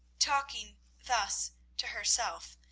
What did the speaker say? talking thus to herself,